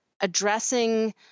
addressing